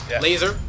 laser